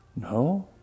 No